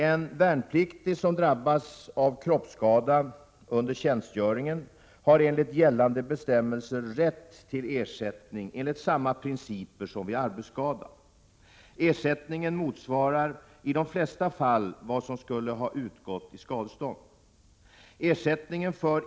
En värnpliktig som drabbas av kroppsskada under tjänstgöringen har enligt gällande bestämmelser rätt till ersättning enligt samma principer som vid arbetsskada. Ersättningen motsvarar i de flesta fall vad som skulle ha utgått i skadestånd.